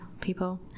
people